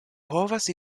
povas